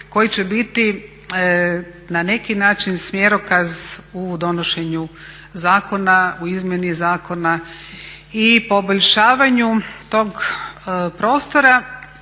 koji će biti na neki način smjerokaz u donošenju zakona u izmjeni zakona i poboljšavanju tog prostora